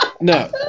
No